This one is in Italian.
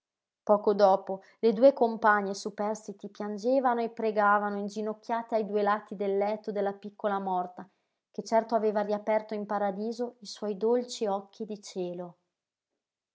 poco dopo le due compagne superstiti piangevano e pregavano inginocchiate ai due lati del letto della piccola morta che certo aveva riaperto in paradiso i suoi dolci occhi di cielo